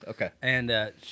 Okay